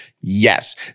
Yes